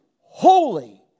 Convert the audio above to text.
holy